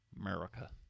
America